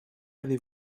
avez